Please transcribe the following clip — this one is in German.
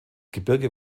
gebirge